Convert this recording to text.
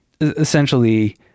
essentially